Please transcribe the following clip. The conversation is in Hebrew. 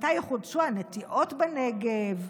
מתי יחודשו הנטיעות בנגב,